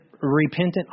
repentant